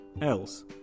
else